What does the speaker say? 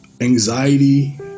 anxiety